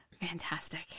Fantastic